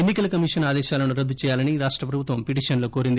ఎన్ని కల కమిషన్ ఆదేశాలను రద్దు చేయాలని రాష్ట్ర ప్రభుత్వం పిటీషన్ లో కోరింది